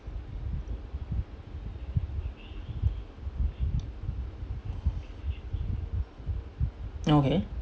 okay